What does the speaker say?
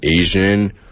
Asian